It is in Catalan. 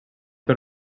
per